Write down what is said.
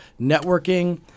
networking